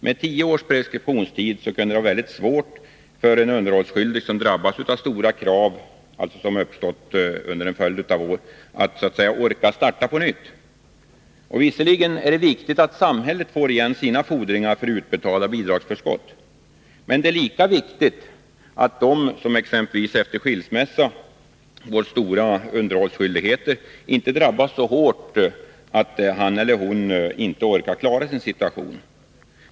Med tio års preskriptionstid kunde det vara väldigt svårt för en underhållsskyldig, som under en följd av år drabbats av stora krav, att så att säga orka starta på nytt. Visserligen är det viktigt att samhället får igen sina fordringar för utbetalade bidragsförskott, men det är ännu viktigare att den som exempelvis efter en skilsmässa fått stora underhållsskyldigheter inte drabbas så hårt, att han eller hon inte orkar klara sin situation.